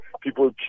people